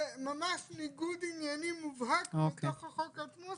זה ממש ניגוד עניינים מובהק בתוך החוק עצמו.